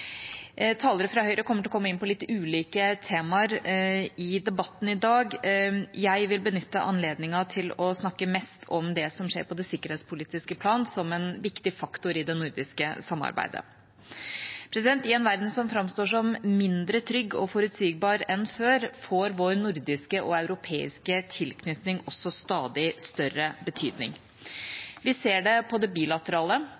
Talere fra Høyre kommer til å komme inn på litt ulike temaer i debatten i dag. Jeg vil benytte anledningen til å snakke mest om det som skjer på det sikkerhetspolitiske plan, som en viktig faktor i det nordiske samarbeidet. I en verden som framstår som mindre trygg og forutsigbar enn før, får vår nordiske og europeiske tilknytning også stadig større